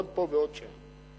ועוד פה ועוד שם.